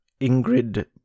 Ingrid